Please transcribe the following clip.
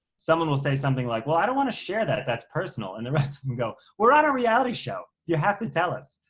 someone will say something like, well, i don't want to share that. that's personal. and the rest of them go, we're on a reality show. you have to tell us.